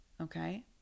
Okay